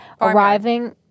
arriving